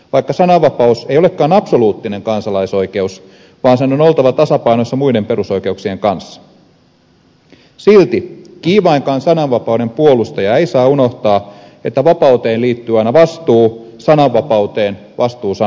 vaikka sananvapaus ei olekaan absoluuttinen kansalaisoikeus vaan sen on oltava tasapainossa muiden perusoikeuksien kanssa silti kiivainkaan sananvapauden puolustaja ei saa unohtaa että vapauteen liittyy aina vastuu sananvapauteen vastuu sanoistaan